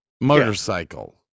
motorcycle